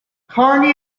carney